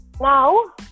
Now